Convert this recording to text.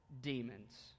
demons